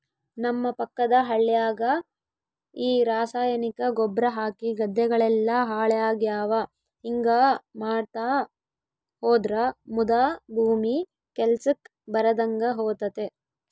ನಮ್ಮ ಪಕ್ಕದ ಹಳ್ಯಾಗ ಈ ರಾಸಾಯನಿಕ ಗೊಬ್ರ ಹಾಕಿ ಗದ್ದೆಗಳೆಲ್ಲ ಹಾಳಾಗ್ಯಾವ ಹಿಂಗಾ ಮಾಡ್ತಾ ಹೋದ್ರ ಮುದಾ ಭೂಮಿ ಕೆಲ್ಸಕ್ ಬರದಂಗ ಹೋತತೆ